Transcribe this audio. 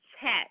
Chat